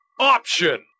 Option